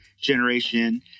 generation